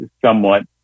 somewhat